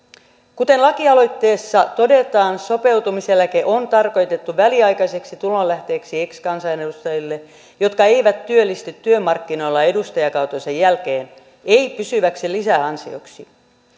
kuten lakialoitteessa todetaan sopeutumiseläke on tarkoitettu väliaikaiseksi tulonlähteeksi ex kansanedustajille jotka eivät työllisty työmarkkinoilla edustajakautensa jälkeen ei pysyväksi lisäansioksi